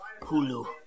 Hulu